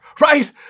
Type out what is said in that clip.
right